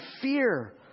fear